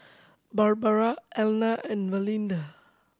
Barbara Elna and Valinda